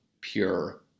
pure